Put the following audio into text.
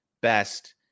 best